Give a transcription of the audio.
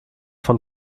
von